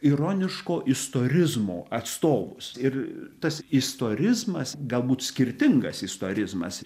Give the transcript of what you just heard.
ironiško istorizmo atstovus ir tas istorizmas galbūt skirtingas istorizmas